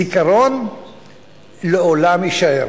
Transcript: זיכרון לעולם יישאר,